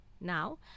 Now